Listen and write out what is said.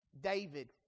David